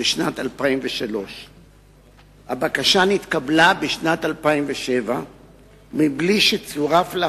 בשנת 2003. הבקשה נתקבלה בשנת 2007 בלי שצורף לה